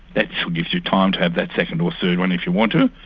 that still gives you time to have that second or third one if you want to.